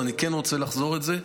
ואני כן רוצה לחזור על זה,